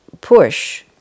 push